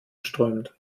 strömt